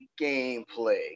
gameplay